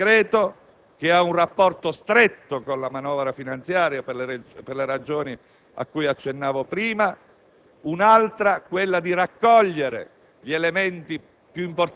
una, quella di approvare sollecitamente questo decreto, che ha un rapporto stretto con la manovra finanziaria per le ragioni a cui accennavo prima;